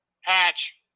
Hatch